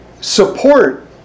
support